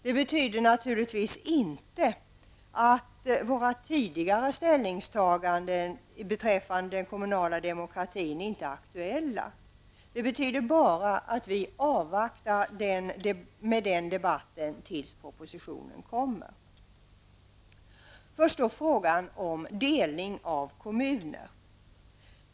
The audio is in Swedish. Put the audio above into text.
Det betyder naturligtvis inte att våra tidigare ställningstaganden beträffande den kommunala demokratin inte är aktuella, utan det betyder endast att vi avvaktar med den debatten tills propositionen kommer. Först till frågan om delning av kommuner.